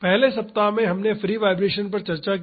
पहले सप्ताह में हमने फ्री वाईब्रेशन्स पर चर्चा की